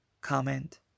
comment